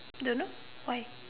don't know why